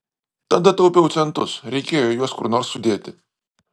tada taupiau centus reikėjo juos kur nors sudėti